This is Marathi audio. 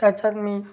त्याच्यात मी